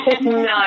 no